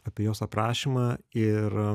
apie jos aprašymą ir